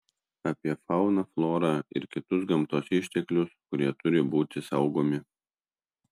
apie fauną florą ir kitus gamtos išteklius kurie turi būti saugomi